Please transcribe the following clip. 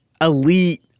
elite